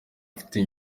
afite